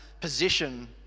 position